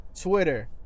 Twitter